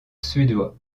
suédois